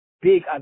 Big